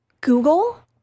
Google